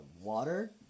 Water